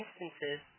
instances